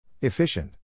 Efficient